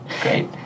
Great